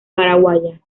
paraguaya